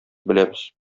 беләбез